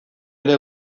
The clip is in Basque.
ere